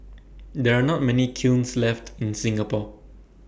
there are not many kilns left in Singapore